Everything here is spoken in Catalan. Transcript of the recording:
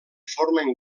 formen